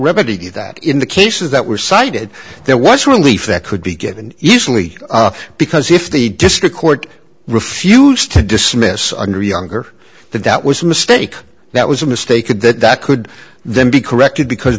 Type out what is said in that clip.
remedy that in the cases that were cited there was relief that could be given easily because if the district court refused to dismiss under younger that that was a mistake that was a mistake and that that could then be corrected because